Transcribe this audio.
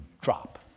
drop